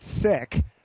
sick